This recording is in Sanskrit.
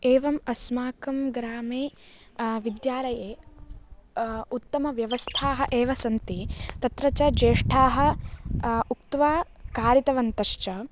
एवम् अस्माकं ग्रामे विद्यालये उत्तमव्यवस्थाः एव सन्ति तत्र च ज्येष्ठाः उक्त्वा कारितवन्तश्च